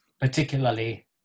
particularly